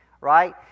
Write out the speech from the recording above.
right